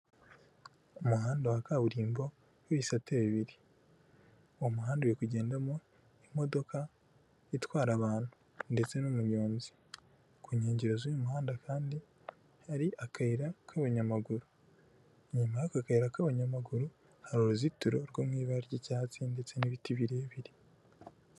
Umuhanda wa kaburimbo w'ibisate bibiri. Uwo muhanda uri kugendamo imodoka itwara abantu. Ndetse n'umunyonzi. Ku nkengero z'uy'umuhanda kandi hari akayira k'abanyamaguru. Inyuma y'aka kayira k'abanyamaguru hari uruzitiro rwo mu ibara ry'icyatsi ndetse n'ibiti birebire.